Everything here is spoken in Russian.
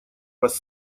вас